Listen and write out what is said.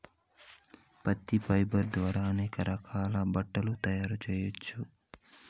పత్తి ఫైబర్ ద్వారా అనేక రకాల బట్టలు తయారు చేయచ్చు